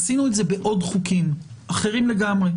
עשינו את זה בעוד חוקים אחרים לגמרי,